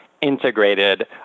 integrated